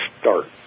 start